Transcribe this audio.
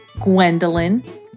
Gwendolyn